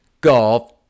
golf